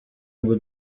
ngo